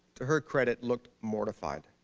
to her credit, looked mortified.